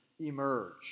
emerge